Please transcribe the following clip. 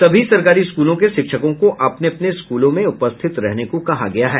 सभी सरकारी स्कूलों के शिक्षकों को अपने अपने स्कूलों में उपस्थित रहने को कहा गया है